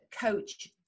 coach